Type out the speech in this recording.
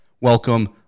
welcome